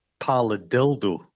paladildo